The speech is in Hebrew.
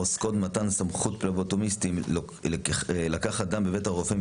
העוסק במתן סמכות לפלבוטומיסטים לקחת דם בבית הרופא,